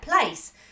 place